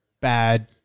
bad